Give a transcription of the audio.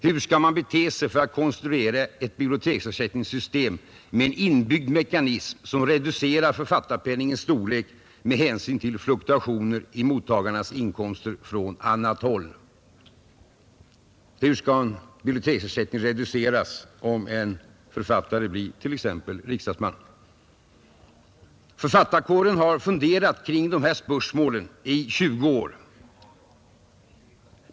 Hur skall man bete sig för att konstruera ett biblioteksersättningssystem med en inbyggd mekanism som reducerar författarpenningens storlek med hänsyn till fluktuationer i mottagarnas inkomster från annat håll? Hur skall biblioteksersättningen reduceras, om en författare blir t.ex. riksdagsman? Författarna har funderat kring dessa spörsmål i mer än 20 år.